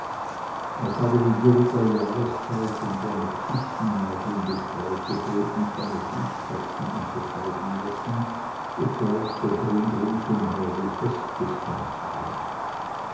auch habe die dürre der jahreszeit und der mit fichtennadeln bestreute boden keine fußstapfen unterscheiden lassen obgleich der grund ringsumher wie festgestampft war